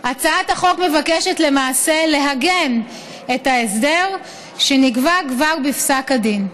הצעת החוק מבקשת למעשה לעגן את ההסדר שנקבע כבר בפסק הדין.